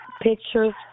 pictures